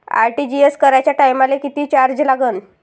RTGS कराच्या टायमाले किती चार्ज लागन?